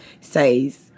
says